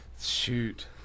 Shoot